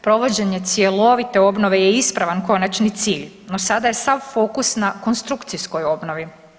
Provođenje cjelovite obnove je ispravan konačni cilj, no sada je sav fokus na konstrukcijskoj obnovi.